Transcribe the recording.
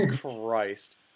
Christ